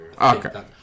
okay